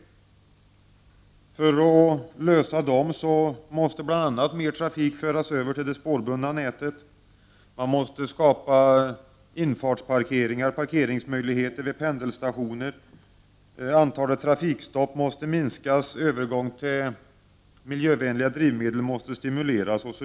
För att lösa dessa måste bl.a. mer trafik föras över till det spårbundna nätet. Man måste skapa infartsparkeringar och parkeringsmöjligheter vid pendelstationerna. Antalet trafikstopp måste minskas. Övergången till miljövänliga drivmedel måste stimuleras.